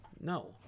No